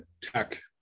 tech